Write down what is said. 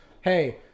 Hey